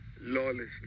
lawlessness